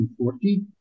1940